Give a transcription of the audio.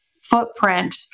footprint